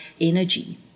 energy